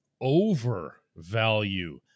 overvalue